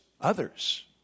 others